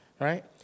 right